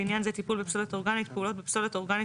לעניין זה - "טיפול בפסולת אורגנית" - פעולות בפסולת אורגנית